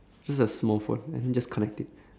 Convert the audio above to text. just a small phone then just connect it